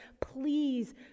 please